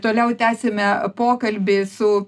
toliau tęsime pokalbį su